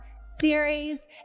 series